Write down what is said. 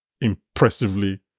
impressively